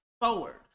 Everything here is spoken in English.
forward